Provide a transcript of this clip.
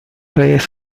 redes